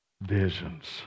visions